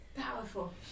Powerful